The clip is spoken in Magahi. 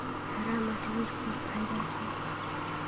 हरा मटरेर खूब फायदा छोक